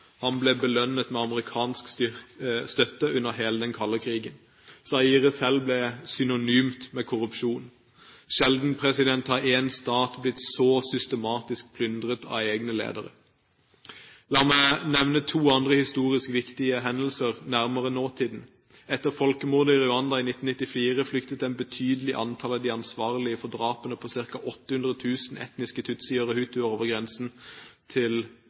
Han ble belønnet med amerikansk støtte under hele den kalde krigen. Zaire selv ble synonymt med korrupsjon. Sjelden har en stat blitt så systematisk plyndret av egne ledere. La meg nevne to andre historisk viktige hendelser nærmere nåtiden. Etter folkemordet i Rwanda i 1994 flyktet et betydelig antall av de ansvarlige for drapene på ca. 800 000 etniske tutsier og hutuer over grensen til